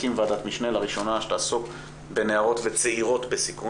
נקים ועדת משנה שתעסוק בנערות וצעירות בסיכון.